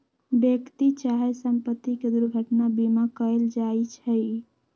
व्यक्ति चाहे संपत्ति के दुर्घटना बीमा कएल जाइ छइ